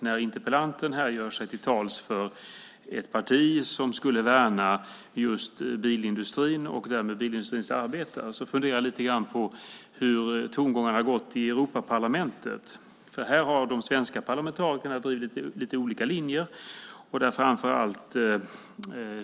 När interpellanten gör sig till talesman för ett parti som säger sig värna just bilindustrin och därmed bilindustrins arbetare funderar jag lite grann på hur tongångarna har varit i Europaparlamentet. Här har de svenska parlamentarikerna drivit lite olika linjer.